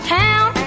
town